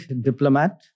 diplomat